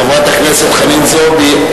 חברת הכנסת חנין זועבי,